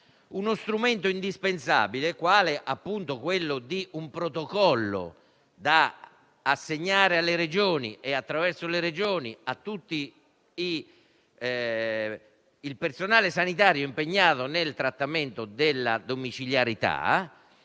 uno strumento indispensabile, quale appunto un protocollo da assegnare alle Regioni e, attraverso le Regioni, a tutto il personale sanitario impegnato nel trattamento della domiciliarità,